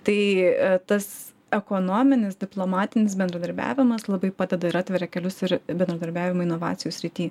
tai tas ekonominis diplomatinis bendradarbiavimas labai padeda ir atveria kelius ir bendradarbiavimui inovacijų srity